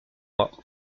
mois